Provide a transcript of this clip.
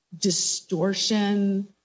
distortion